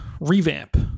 revamp